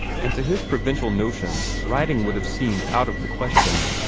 and to his provincial notions writing would have seemed out of the question.